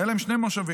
היו להם שני מושבים,